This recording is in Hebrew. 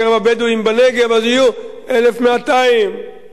אז יהיו 1,200 מצביעים,